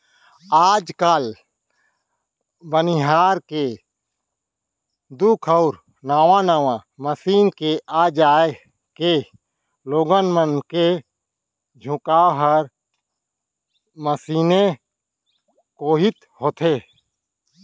आज काल बनिहार के दुख अउ नावा नावा मसीन के आ जाए के लोगन मन के झुकाव हर मसीने कोइत होथे